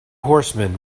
horsemen